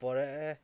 পৰে